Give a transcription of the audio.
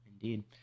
Indeed